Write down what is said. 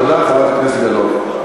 תודה, חברת הכנסת גלאון.